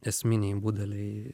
esminiai budeliai